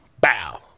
Bow